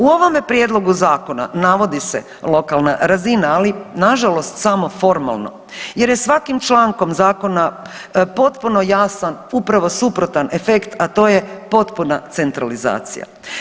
U ovome prijedlogu zakona navodi se lokalna razina, ali nažalost samo formalno jer je svakim člankom zakona potpuno jasan upravo suprotan efekt, a to je potpuna centralizacija.